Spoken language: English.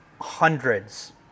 hundreds